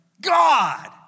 God